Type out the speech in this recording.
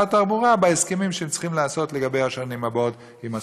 התחבורה בהסכמים שהם צריכים לעשות לגבי השנים הבאות עם הסובסידיה.